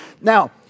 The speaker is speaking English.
Now